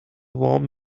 وام